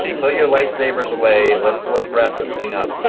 and put your lifesavers away let's let's wrap this thing up.